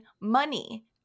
money